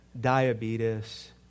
diabetes